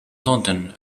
london